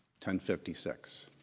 1056